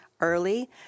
early